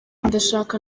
ndashaka